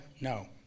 No